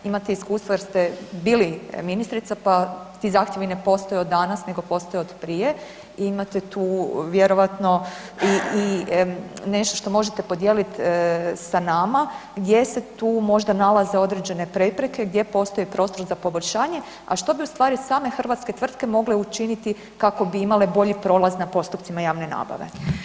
Imate iskustva jer ste bili ministrica pa ti zahtjevi ne postoji od danas nego postoje otprije i imate tu vjerovatno i nešto što možete podijeliti s nama, gdje se tu možda nalaze određene prepreke, gdje postoji prostor za poboljšanje a što bi ustvari same hrvatske tvrtke mogle učiniti kako bi imale bolji prolaz na postupcima javne nabave.